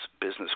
business